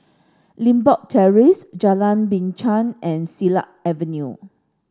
Limbok Terrace Jalan Binchang and Silat Avenue